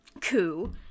coup